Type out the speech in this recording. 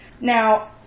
Now